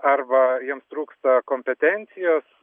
arba jiems trūksta kompetencijos